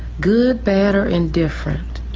good bad or indifferent.